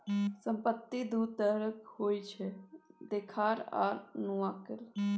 संपत्ति दु तरहक होइ छै देखार आ नुकाएल